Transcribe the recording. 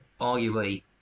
arguably